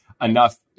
enough